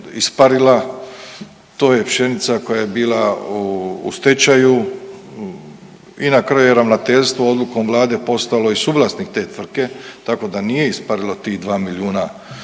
to je pšenica koja je bila u stečaju i na kraju ravnateljstvo odlukom Vlade postalo je suvlasnik te tvrtke tako da nije isparilo tih dva milijuna kuna